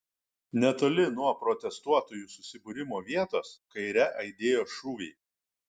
netoli nuo protestuotojų susibūrimo vietos kaire aidėjo šūviai